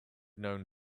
known